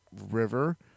river